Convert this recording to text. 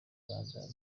ganza